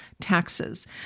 taxes